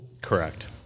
Correct